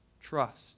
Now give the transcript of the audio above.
trust